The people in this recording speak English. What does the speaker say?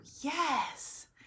Yes